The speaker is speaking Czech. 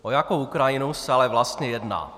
O jakou Ukrajinu se ale vlastně jedná?